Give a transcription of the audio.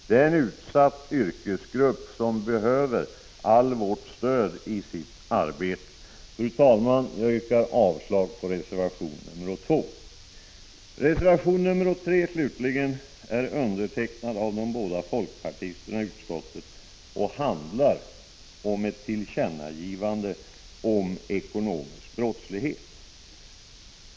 Det är en utsatt yrkesgrupp som behöver allt vårt stöd i sitt arbete. Fru talman! Jag yrkar avslag på reservation 2. Reservation 3 slutligen har avgivits av de båda folkpartisterna i utskottet. I den krävs ett tillkännagivande till regeringen om ekonomisk brottslighet.